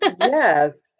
Yes